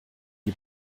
die